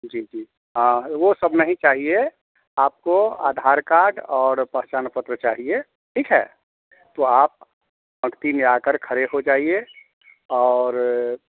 जी जी हाँ वो सब नहीं चाहिए आपको आधार कार्ड और पहचान पत्र चाहिए ठीक है तो आप पंक्ति में आकर खड़े हो जाइए और